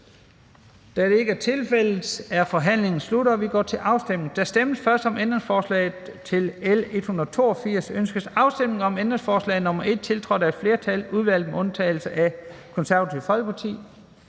Da det ikke er tilfældet, er forhandlingen sluttet, og vi går til afstemning. Kl. 10:21 Afstemning Første næstformand (Leif Lahn Jensen): Ønskes afstemning om ændringsforslag nr. 1 og 2, tiltrådt af et flertal (udvalget med undtagelse af Det Konservative Folkeparti)?